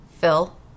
Phil